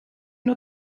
nur